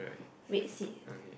red seat